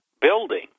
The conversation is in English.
building